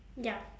ya